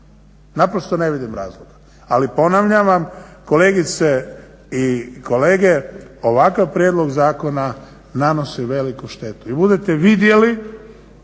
Naprosto ne vidim razloga. Ali ponavljam vam kolegice i kolege ovakav prijedlog zakona nanosi veliku štetu. I budete vidjeli